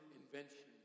invention